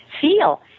feel